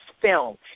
film